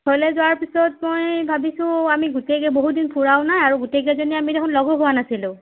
ঘৰলৈ যোৱাৰ পিছত মই ভাবিছোঁ আমি গোটেই বহু দিন ফুৰাও নাই আৰু গোটেইকেইজনী আমি দেখোন লগো হোৱা নাছিলোঁ